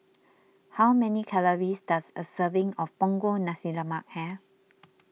how many calories does a serving of Punggol Nasi Lemak have